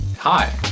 Hi